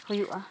ᱦᱩᱭᱩᱜᱼᱟ